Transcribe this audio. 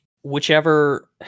whichever